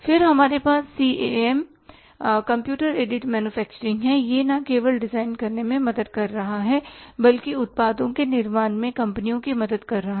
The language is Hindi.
फिर हमारे पास CAM कंप्यूटर एडेड मैन्युफैक्चरिंग है यह न केवल डिजाइन करने में मदद कर रहा है बल्कि उत्पादों के निर्माण में कंपनियों की मदद कर रहा है